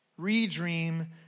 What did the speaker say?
Redream